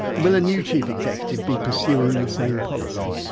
will a new chief executive be pursuing the same policy?